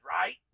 right